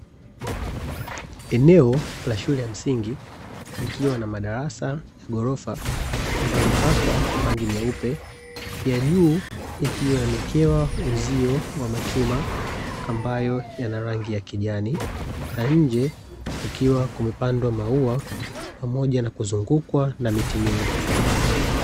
Eneo la shule ya msingi likiwa na madarasa ya ghorofa ambayo yamepakwa rangi nyeupe, ya juu yakiwa yamewekewa uzio wa machuma ambayo yana rangi ya kijani. Na nje kukiwa kumepandwa maua pamoja na kuzungukwa na miti mingi.